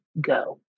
go